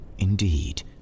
Indeed